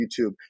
YouTube